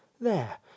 There